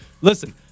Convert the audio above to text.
listen